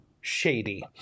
shady